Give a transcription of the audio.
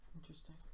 Interesting